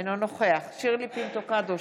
אינו נוכח שירלי פינטו קדוש,